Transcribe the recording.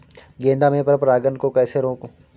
गेंदा में पर परागन को कैसे रोकुं?